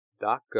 Doc